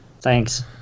Thanks